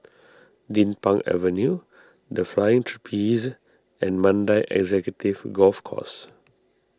Din Pang Avenue the Flying Trapeze and Mandai Executive Golf Course